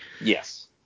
Yes